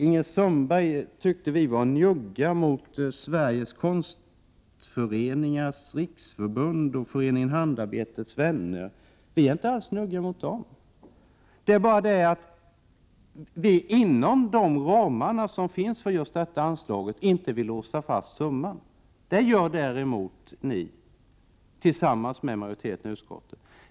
Ingrid Sundberg tyckte att vi var njugga mot Sveriges konstföreningars riksförbund och Föreningen Handarbetets vänner. Vi är inte alls njugga mot dem. Vi vill bara inte, inom de ramar som finns för just detta anslag, låsa fast summan. Det gör däremot ni, tillsammans med majoriteten i utskottet.